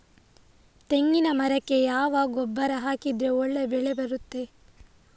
ತೆಂಗಿನ ಮರಕ್ಕೆ ಯಾವ ಗೊಬ್ಬರ ಹಾಕಿದ್ರೆ ಒಳ್ಳೆ ಬೆಳೆ ಬರ್ತದೆ?